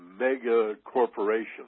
mega-corporations